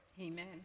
Amen